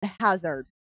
hazard